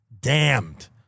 damned